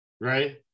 right